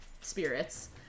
spirits